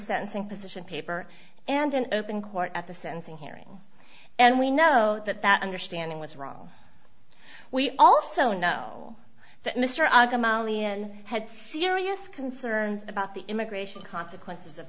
sensing position paper and an open court at the sentencing hearing and we know that that understanding was wrong we also know that mister had serious concerns about the immigration consequences of